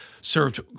served